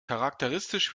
charakteristisch